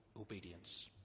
obedience